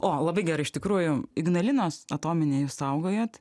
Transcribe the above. o labai gerai iš tikrųjų ignalinos atominė jūs saugojot